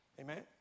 Amen